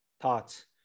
Thoughts